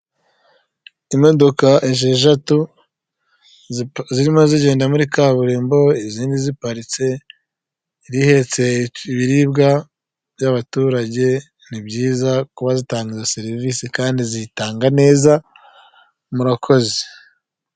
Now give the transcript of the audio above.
Imodoka esheshatu zirimo zigenda muri kaburimbo izindi ziparitse, indi ihetse ibiribwa by'abaturage, ni byiza kuba zitanga izo serivisi kandi zizitanga neza murakoze.